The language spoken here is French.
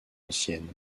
anciennes